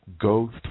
go